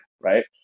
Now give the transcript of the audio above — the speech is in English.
right